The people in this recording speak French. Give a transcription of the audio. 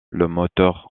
moteur